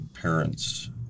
parents